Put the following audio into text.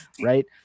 right